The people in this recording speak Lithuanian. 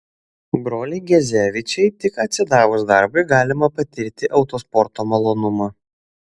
broliai gezevičiai tik atsidavus darbui galima patirti autosporto malonumą